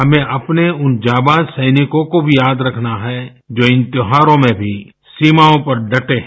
हमें अपने उन जाबाज सैनिकों को भी याद रखना है जो इन त्यौहारों में भी सीमाओं पर डटे हैं